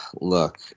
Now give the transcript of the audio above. look